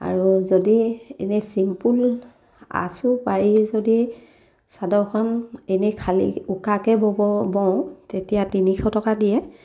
আৰু যদি এনেই চিম্পুল আছো পাৰি যদি চাদৰখন এনেই খালি উকাকৈ ব'ব বওঁ তেতিয়া তিনিশ টকা দিয়ে